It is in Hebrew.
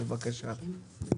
בבקשה.